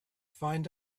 find